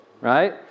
right